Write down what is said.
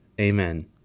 Amen